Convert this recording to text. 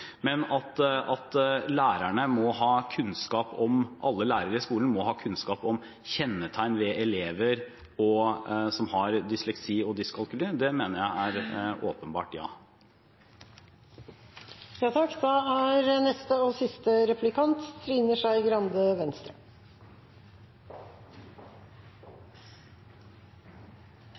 Men at alle lærere i skolen må ha kunnskap om kjennetegn ved elever som har dysleksi og dyskalkuli, mener jeg er åpenbart, ja. Man skal måles og veies, og